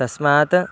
तस्मात्